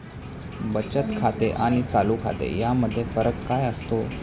बचत खाते आणि चालू खाते यामध्ये फरक काय असतो?